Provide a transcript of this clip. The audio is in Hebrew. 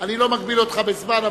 אני לא מגביל אותך בזמן,